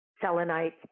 selenite